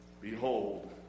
behold